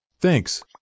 Thanks